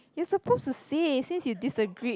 you suppose to see since you disagree